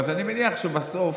אז אני מניח שבסוף